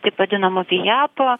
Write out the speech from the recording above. taip vadinamą fijepą